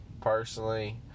personally